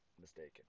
mistaken